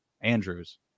Andrews